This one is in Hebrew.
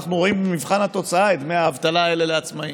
אנחנו רואים במבחן התוצאה את דמי האבטלה האלה לעצמאים.